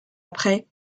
après